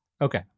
Okay